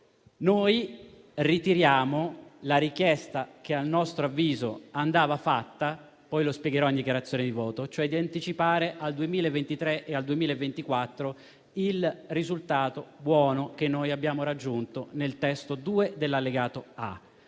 noi ritiriamo la richiesta che a nostro avviso andava fatta - poi lo spiegherò in dichiarazione di voto - e cioè di anticipare al 2023 e al 2024 il risultato buono che noi abbiamo raggiunto nella riformulazione.